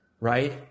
right